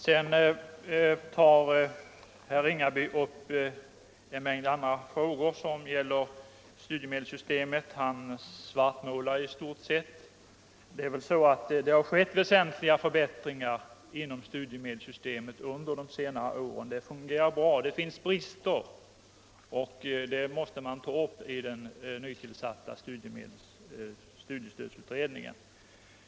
Sedan tar herr Ringaby upp en mängd andra frågor som gäller studiemedelssystemet. Han svartmålar i stort sett. Det har ändå skett väsentliga förbättringar inom studiemedelssystemet under de senare åren. Det fungerar bra. Det finns förstås brister och dem måste man ta upp i den nytillsatta studiestödsutredningen.